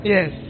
Yes